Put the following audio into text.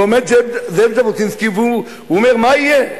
ועומד זאב ז'בוטינסקי ואומר, מה יהיה?